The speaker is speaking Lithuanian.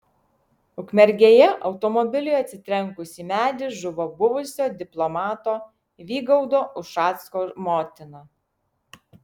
ukmergėje automobiliui atsitrenkus į medį žuvo buvusio diplomato vygaudo ušacko motina